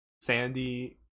sandy